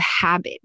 habit